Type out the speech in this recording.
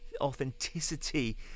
authenticity